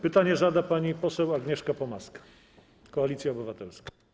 Pytanie zada pani poseł Agnieszka Pomaska, Koalicja Obywatelska.